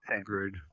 Agreed